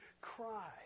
cry